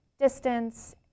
distance